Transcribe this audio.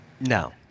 No